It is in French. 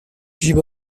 jim